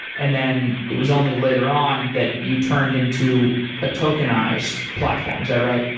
and then it was only later on that you turned into a tokenized platform, is that right?